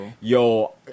yo